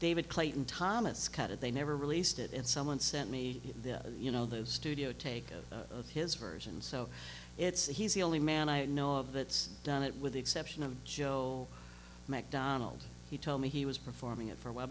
david clayton thomas cut it they never released it and someone sent me this you know the studio take his version so it's a he's the only man i know of that's done it with the exception of joe mcdonald he told me he was performing it for a while